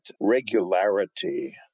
regularity